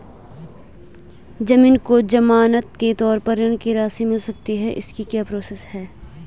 ज़मीन को ज़मानत के तौर पर ऋण की राशि मिल सकती है इसकी क्या प्रोसेस है?